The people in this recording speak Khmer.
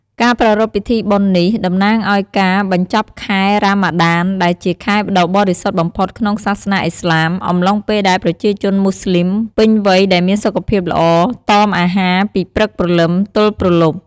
ការប្រារព្ធពិធីបុណ្យនេះ តំណាងឱ្យការបញ្ចប់ខែ រ៉ាម៉ាដាន ដែលជាខែដ៏បរិសុទ្ធបំផុតក្នុងសាសនាឥស្លាម អំឡុងពេលដែលប្រជាជនម៉ូស្លីមពេញវ័យដែលមានសុខភាពល្អតមអាហារពីព្រឹកព្រលឹមទល់ព្រលប់